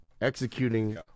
executing